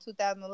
2011